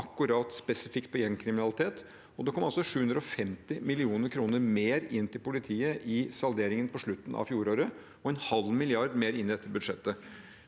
til spesifikt gjengkriminalitet, og det kom 750 mill. kr mer inn til politiet i salderingen på slutten av fjoråret og en halv milliard mer inn i dette